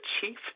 chief